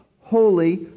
holy